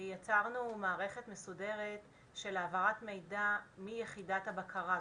יצרנו מערכת מסודרת של העברת מידע מיחידת הבקרה.